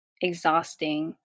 exhausting